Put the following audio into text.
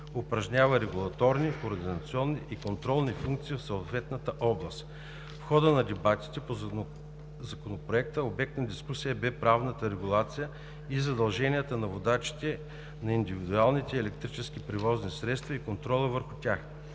упражнява регулаторни, координационни и контролни функции в съответната област. В хода на дебатите по Законопроекта обект на дискусия бе правната регулация и задълженията на водачите на индивидуалните електрически превозни средства и контрола върху тях.